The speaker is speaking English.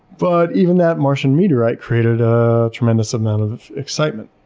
but even that martian meteorite created a tremendous amount of excitement.